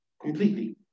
completely